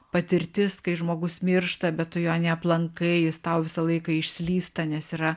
patirtis kai žmogus miršta bet tu jo neaplankai jis tau visą laiką išslysta nes yra